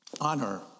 honor